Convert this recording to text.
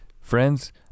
friends